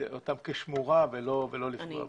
אותם כשמורה ולא לפגוע בהם.